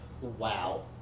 Wow